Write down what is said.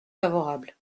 favorable